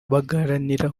bagaharanira